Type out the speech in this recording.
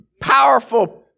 powerful